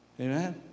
Amen